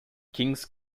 kings